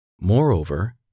Moreover